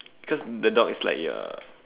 cause the dog is like your